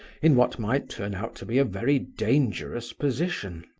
in what might turn out to be a very dangerous position.